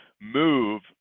move